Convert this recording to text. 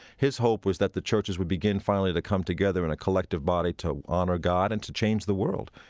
his hope was that the churches would begin finally to come together in a collective body to honor god and to change the world.